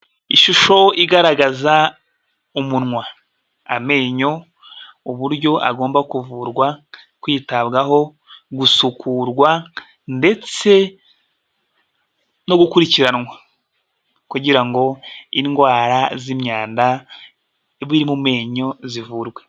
Ishusho igaragaza umunwa amenyo uburyo agomba kuvurwa, kwitabwaho, gusukurwa ndetse no gukurikiranwa kugira ngo indwara z'imyanda biri mu menyo zivurwe.